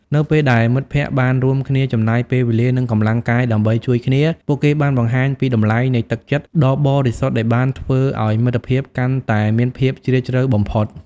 នៅពេលដែលមិត្តភក្តិបានរួមគ្នាចំណាយពេលវេលានិងកម្លាំងកាយដើម្បីជួយគ្នា ពួកគេបានបង្ហាញពីតម្លៃនៃទឹកចិត្តដ៏បរិសុទ្ធដែលបានធ្វើឲ្យមិត្តភាពកាន់តែមានភាពជ្រាលជ្រៅបំផុត។